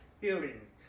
healing